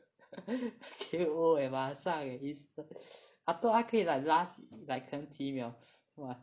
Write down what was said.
K_O leh 马上 instant I thought 他可以 like last 几秒